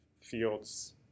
fields